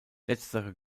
letztere